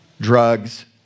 drugs